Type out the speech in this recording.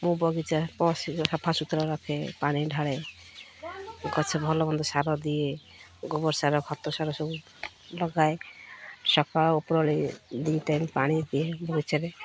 ମୁଁ ବଗିଚାରେ ସଫାସୁତୁରା ରଖେ ପାଣି ଢାଳେ ଗଛ ଭଲ ମନ୍ଦ ସାର ଦିଏ ଗୋବର ସାର ଖତ ସାର ସବୁ ଲଗାଏ ସକାଳ ଉପରଓଳି ଦୁଇ ଟାଇମ୍ ପାଣି ଦିଏ ବଗିଚାରେ